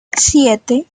siete